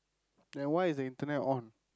then why is the Internet on